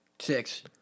Six